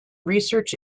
research